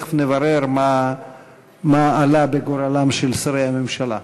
תכף נברר מה עלה בגורלם של שרי הממשלה.